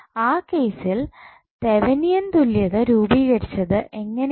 ആ കേസിൽ തെവനിയൻ തുല്യത രൂപീകരിച്ചത് എങ്ങനെയാണ്